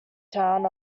town